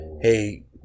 hey